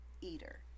Eater